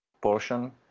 portion